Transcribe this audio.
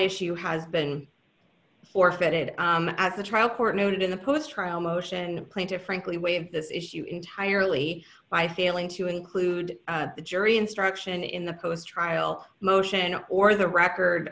issue has been forfeited as the trial court noted in the post trial motion and plan to frankly waive this issue entirely by failing to include the jury instruction in the post trial motion or the record